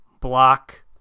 Block